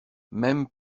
même